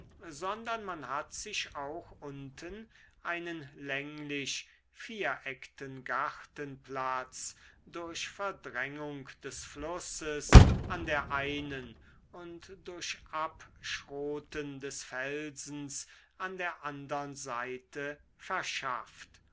sondern man hat sich auch unten einen länglich viereckten gartenplatz durch verdrängung des flusses an der einen und durch abschroten des felsens an der andern seite verschafft